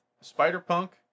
Spider-Punk